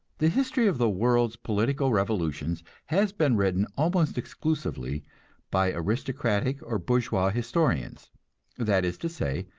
the history of the world's political revolutions has been written almost exclusively by aristocratic or bourgeois historians that is to say,